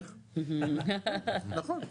נכון.